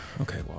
Okay